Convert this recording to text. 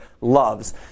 loves